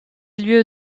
lieu